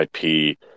IP